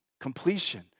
completion